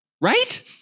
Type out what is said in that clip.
right